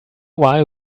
why